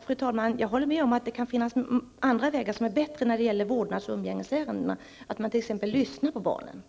Fru talman! Jag håller med om att det kan finnas andra vägar som är bättre när det gäller vårdnadsoch umgängesärendena, t.ex. att man lyssnar på barnen.